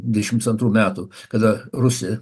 dvidešims antrų metų kada rusija